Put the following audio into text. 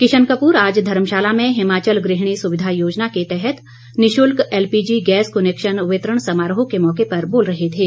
किशन कपूर आज धर्मशाला में हिमाचल गृहिणी सुविधा योजना के तहत निशुल्क एलपीजी गैस कनैक्शन वितरण समारोह के मौके पर बोल रहे थे